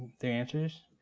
the answers.